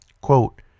Quote